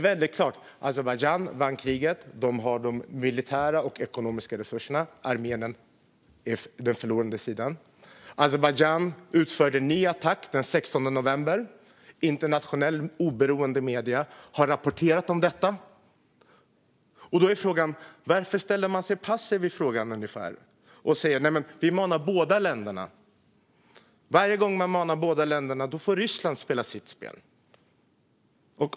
Azerbajdzjan vann kriget, och de har de militära och ekonomiska resurserna, medan Armenien är den förlorande sidan. Azerbajdzjan utförde en ny attack den 16 november. Internationella oberoende medier har rapporterat om detta. Då är frågan: Varför ställer man sig passiv i frågan och säger att man manar båda länderna? Varje gång man manar båda länderna får Ryssland spela sitt spel.